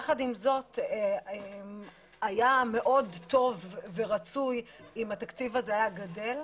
יחד עם זאת היה מאוד טוב ורצוי אם התקציב הזה היה גדל.